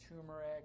turmeric